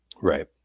Right